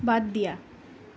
বাদ দিয়া